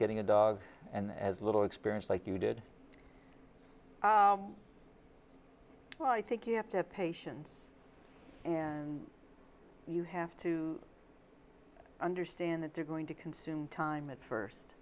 getting a dog and as little experience like you did i think you have to patients and you have to understand that they're going to consume time at first